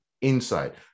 inside